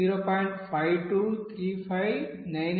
50 0